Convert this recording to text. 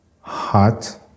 hot